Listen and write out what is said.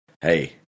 hey –